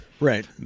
right